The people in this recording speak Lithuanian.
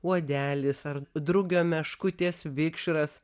uodelis ar drugio meškutės vikšras